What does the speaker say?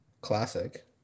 Classic